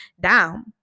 down